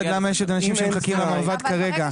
למה יש עוד אנשים שמחכים למרב"ד כרגע?